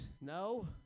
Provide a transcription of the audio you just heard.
No